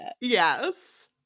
Yes